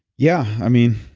yeah, i mean,